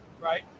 right